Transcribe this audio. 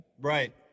Right